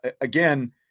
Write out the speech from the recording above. again